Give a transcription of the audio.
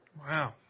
Wow